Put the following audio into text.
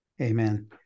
Amen